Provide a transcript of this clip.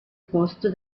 posto